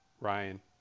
Ryan